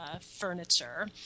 furniture